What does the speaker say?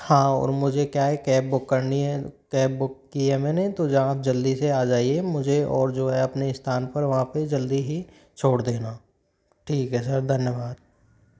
हाँ और मुझे क्या है कैब बुक करनी है कैब बुक की है मैंने तो जहाँ आप जल्दी से आ जाइए मुझे और जो है अपने स्थान पर वहाँ पे जल्दी ही छोड़ देना ठीक है सर धन्यवाद